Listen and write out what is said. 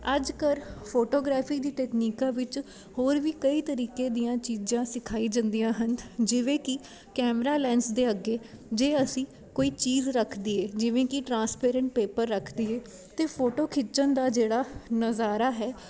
ਅੱਜ ਕਰ ਫੋਟੋਗ੍ਰਾਫੀ ਦੀ ਤਕਨੀਕਾਂ ਵਿੱਚ ਹੋਰ ਵੀ ਕਈ ਤਰੀਕੇ ਦੀਆਂ ਚੀਜ਼ਾਂ ਸਿਖਾਈ ਜਾਂਦੀਆਂ ਹਨ ਜਿਵੇਂ ਕਿ ਕੈਮਰਾ ਲੈਂਸ ਦੇ ਅੱਗੇ ਜੇ ਅਸੀਂ ਕੋਈ ਚੀਜ਼ ਰੱਖ ਦੀਏ ਜਿਵੇਂ ਕਿ ਟਰਾਂਸਪੇਰੈਂਟ ਪੇਪਰ ਰੱਖ ਦਈਏ ਅਤੇ ਫੋਟੋ ਖਿੱਚਣ ਦਾ ਜਿਹੜਾ ਨਜ਼ਾਰਾ ਹੈ